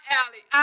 alley